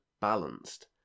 balanced